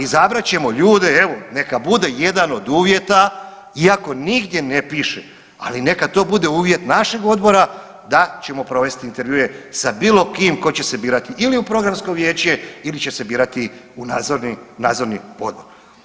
Izabrat ćemo ljude, evo, neka bude jedan od uvjeta iako nigdje ne piše, ali neka to bude uvjet našeg odbora da ćemo provesti intervjue sa bilo kim tko će se birati ili u Programsko vijeće ili će se birati u Nadzorni odbor.